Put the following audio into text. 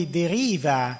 deriva